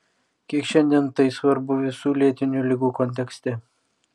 kiek šiandien tai svarbu visų lėtinių ligų kontekste